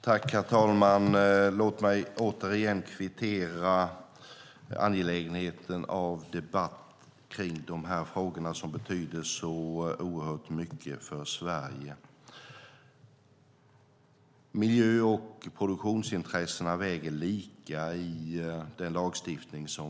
Herr talman! Låt mig än en gång understryka angelägenheten av debatt i de här frågorna som betyder så mycket för Sverige. Miljö och produktionsintressena väger lika i vår lagstiftning.